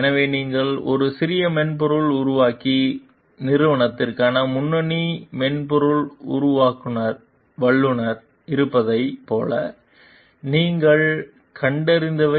எனவே நீங்கள் ஒரு சிறிய மென்பொருள் உருவாக்கும் நிறுவனத்திற்கான முன்னணி மென்பொருள் உருவாக்குநராக இருப்பதைப் போல இங்கே நீங்கள் கண்டறிந்தவை